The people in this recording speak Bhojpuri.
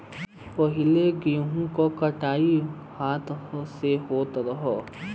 पहिले गेंहू के कटाई हाथे से होत रहे